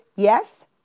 Yes